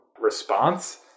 response